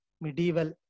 medieval